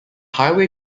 highway